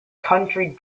country